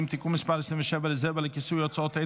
(תיקון מס' 27) (רזרבה לכיסוי הוצאות),